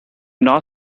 not